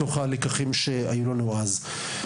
מתוך הלקחים שהפקנו אז.